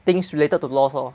things related to laws lor